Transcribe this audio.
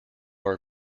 are